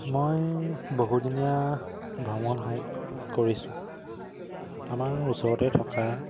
মই বহুদিনীয়া ভ্ৰমণ হাইক কৰিছোঁ আমাৰ ওচৰতে থকা